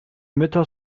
mütter